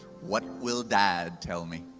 what will dad tell me?